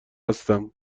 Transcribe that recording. هستم